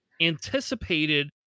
anticipated